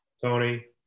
Tony